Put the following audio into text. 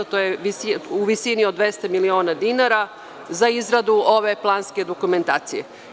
To je u visini od 200.000.000 dinara za izradu ove planske dokumentacije.